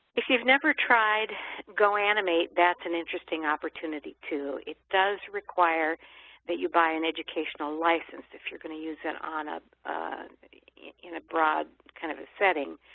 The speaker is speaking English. if you've never tried goanimate, that's an interesting opportunity too. it does require that you buy an educational license if you're going to use it in a in a broad kind of a setting.